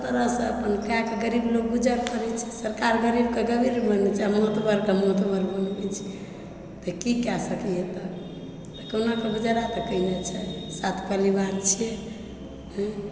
एहि तरहसंँ अपन कए क गरीब लोग गुजर करए छै सरकार गरीबके गरीब बनेने छै महतगरके महतगर बनेने छै तऽ की कए सकैए तऽ कहुना कऽ गुजारा तऽ करै छै सात परिवार छियै